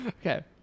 Okay